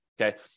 Okay